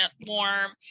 Warm